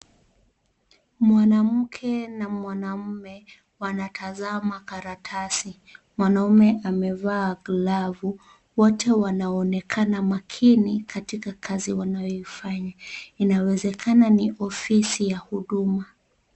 Mwanamke na mwanaume wanatazama karatasi. Mwanaume amevaa glavu. Wote wanaonekana makini katika kazi wanayoifanya. Inawezekana ni ofisi ya huduma.